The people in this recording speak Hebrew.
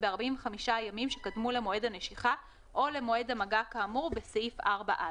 ב־45 הימים שקדמו למועד הנשיכה או למועד המגע כאמור בסעיף 4א,